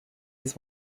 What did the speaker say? his